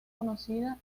conocida